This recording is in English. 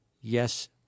yes